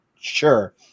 sure